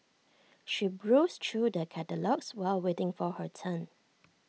she browsed through the catalogues while waiting for her turn